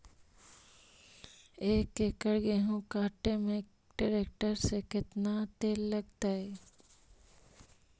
एक एकड़ गेहूं काटे में टरेकटर से केतना तेल लगतइ?